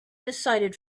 decided